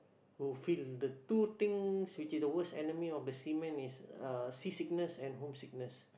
who feel the two things which is the worst enemy of the seamen is uh sea sickness and home sickness